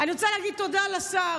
אני רוצה להגיד תודה לשר,